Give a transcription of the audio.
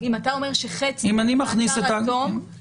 אנחנו מתקדמים כי המחקר רומז לנו שיש פוטנציאל לעבוד איתו.